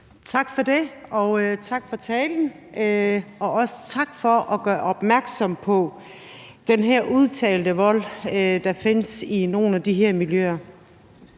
Tak for det, og tak for talen. Og også tak for at gøre opmærksom på den her udtalte vold, der findes i nogle af de her miljøer.